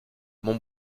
mon